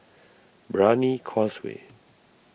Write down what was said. Brani Causeway